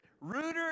ruder